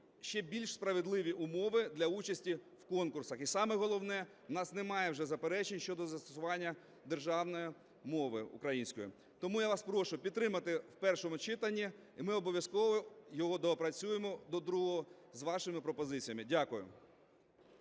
ще більш справедливі умови для участі в конкурсах, і саме головне, у нас немає вже заперечень щодо застосування державної мови української. Тому я вас прошу підтримати в першому читанні, і ми обов'язково його доопрацюємо до другого з вашими пропозиціями. Дякую.